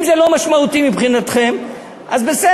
אם זה לא משמעותי מבחינתכם, אז בסדר.